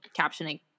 captioning